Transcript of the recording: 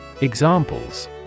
Examples